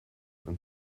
and